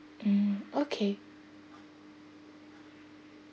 mm okay